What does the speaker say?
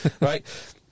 Right